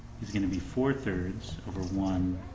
is gonna be four thirds over one,